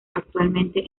actualmente